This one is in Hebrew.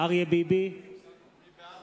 אריה ביבי, בעד